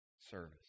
service